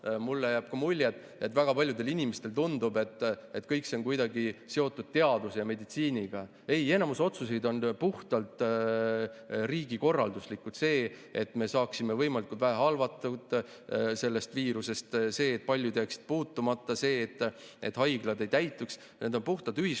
mulle jääb mulje, et väga paljudele inimestele tundub, et kõik see on kuidagi seotud teaduse ja meditsiiniga. Ei, enamik otsuseid on puhtalt riigikorralduslikud – see, et me saaksime võimalikult vähe halvatud sellest viirusest, see, et paljud jääksid puutumata, see, et haiglad ei täituks. Need on puhtalt ühiskonnakorralduslikud